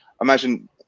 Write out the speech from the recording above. imagine